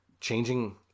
changing